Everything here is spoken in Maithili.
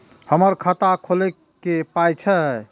हमर खाता खौलैक पाय छै